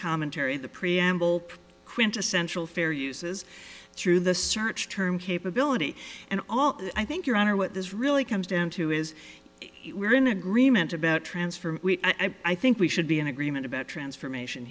commentary the preamble quintessential fair uses through the search term capability and all i think your honor what this really comes down to is we're in agreement about transfer i think we should be in agreement about transformation